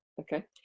okay